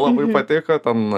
labai patiko ten